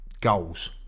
goals